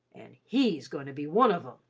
an' he's goin' to be one of em,